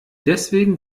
deswegen